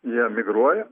jie migruoja